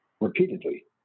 repeatedly